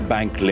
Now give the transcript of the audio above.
Bank